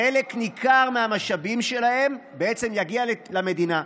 חלק ניכר מהמשאבים שלהם יגיע למדינה.